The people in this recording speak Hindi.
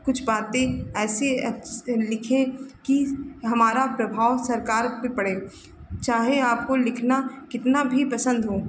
कुछ बातें ऐसी लिखें कि हमारा प्रभाव सरकार पर पड़े चाहे आपको लिखना कितना भी पसन्द हो